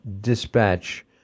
dispatch